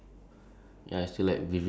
four or five years old